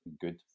good